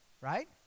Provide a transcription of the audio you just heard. Right